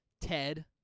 Ted